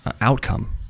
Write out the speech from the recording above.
outcome